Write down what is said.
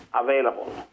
available